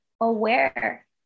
aware